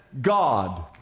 God